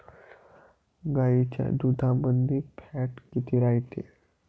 गाईच्या दुधामंदी फॅट किती रायते?